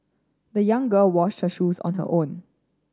the young girl washed her shoes on her own